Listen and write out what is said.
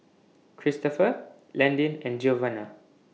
Cristopher Landyn and Giovanna